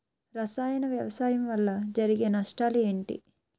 రసాయన వ్యవసాయం వల్ల జరిగే నష్టాలు ఏంటి?